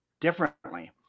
differently